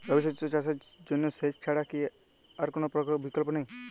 রবি শস্য চাষের জন্য সেচ ছাড়া কি আর কোন বিকল্প নেই?